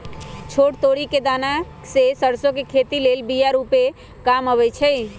छोट तोरि कें दना से सरसो के खेती लेल बिया रूपे काम अबइ छै